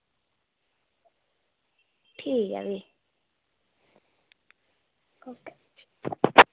ठीक ऐ फ्ही